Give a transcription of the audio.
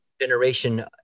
Generation